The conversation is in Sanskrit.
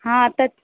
तत्